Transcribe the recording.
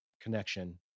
connection